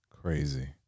Crazy